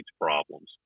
problems